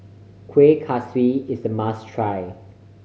Kueh Kaswi is a must try